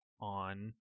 on